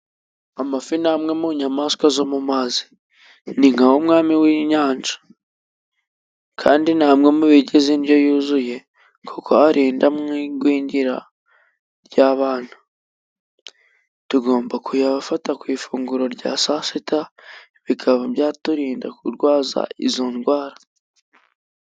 Amafi ni amwe mu nyamaswa zo mu mazi ni nka umwami w'inyanja kandi nta nko indyo yuzuye kuko inda igwingira ry'abana tugomba kuyabafata ku ifunguro rya saa sita bikaba byaturinda kurwaza izo ndwara